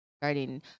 starting